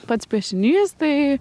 pats piešinys tai